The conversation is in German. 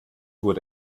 wurde